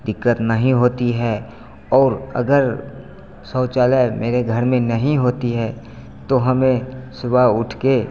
दिक्कत नहीं होती है और अगर शौचालय मेरे घर में नहीं होता है तो हमें सुबह उठकर